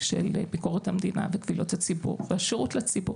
של ביקורת המדינה וקבילות הציבור והשירות לציבור.